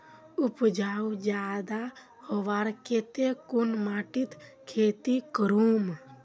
उपजाऊ ज्यादा होबार केते कुन माटित खेती करूम?